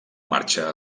marxa